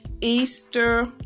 Easter